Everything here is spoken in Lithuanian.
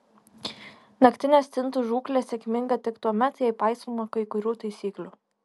naktinė stintų žūklė sėkminga tik tuomet jei paisoma kai kurių taisyklių